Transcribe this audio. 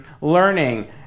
learning